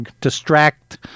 Distract